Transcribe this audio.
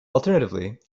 alternatively